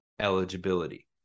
eligibility